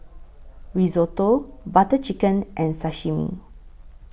Risotto Butter Chicken and Sashimi